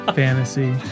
fantasy